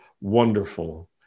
wonderful